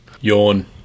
Yawn